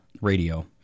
radio